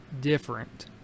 different